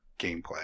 gameplay